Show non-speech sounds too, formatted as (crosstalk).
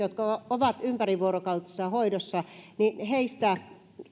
(unintelligible) jotka ovat ympärivuorokautisessa hoidossa